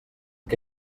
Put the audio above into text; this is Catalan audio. que